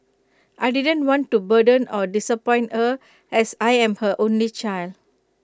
I didn't want to burden or disappoint her as I'm her only child